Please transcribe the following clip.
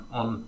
on